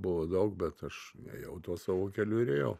buvo daug bet aš ėjau tuo savo keliu ir ėjau